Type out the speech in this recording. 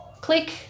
click